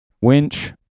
winch